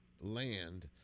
land